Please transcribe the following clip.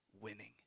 winning